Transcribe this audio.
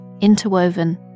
interwoven